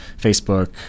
Facebook